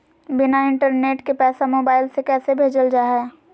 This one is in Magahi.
बिना इंटरनेट के पैसा मोबाइल से कैसे भेजल जा है?